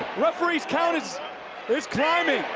referee's count is is climbing.